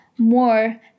more